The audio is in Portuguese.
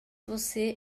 você